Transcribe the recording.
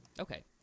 Okay